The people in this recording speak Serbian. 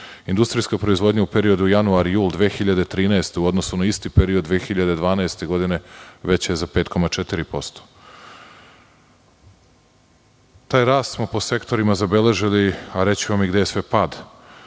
Industrijska proizvodnja u periodu januar - jul 2013. godine u odnosu na isti period 2012. godine je veća za 5,4%. Taj rast smo po sektorima zabeležili, a reći ću vam gde je sve pad.U